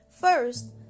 First